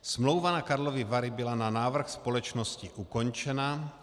Smlouva na Karlovy Vary byla na návrh společnosti ukončena.